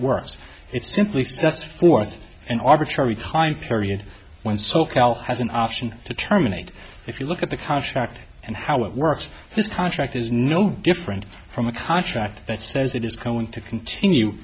works it simply sets forth an arbitrary high period when so cal has an option to terminate if you look at the contract and how it works this contract is no different from a contract that says it is going to continue